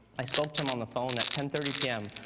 i spoke to him on the phone at ten thirty p m.